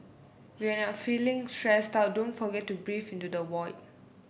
when you are feeling stressed out don't forget to breathe into the void